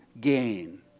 gain